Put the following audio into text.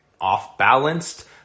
off-balanced